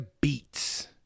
Beats